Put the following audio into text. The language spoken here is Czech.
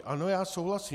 Ano, souhlasím.